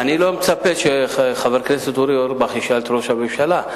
אני לא מצפה שחבר הכנסת אורי אורבך ישאל את ראש הממשלה,